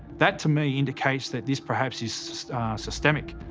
that, to me, indicates that this perhaps is systemic.